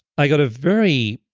i got a very